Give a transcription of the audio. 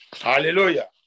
Hallelujah